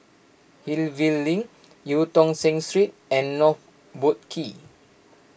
Hillview Link Eu Tong Sen Street and North Boat Quay